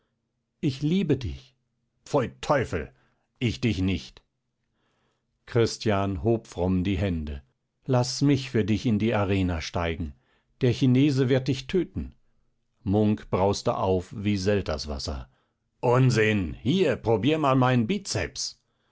ich liebe dich pfui teufel ich dich nicht christian hob fromm die hände laß mich für dich in die arena steigen der chinese wird dich töten munk brauste auf wie selterswasser unsinn hier probier mal meinen bizeps